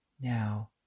Now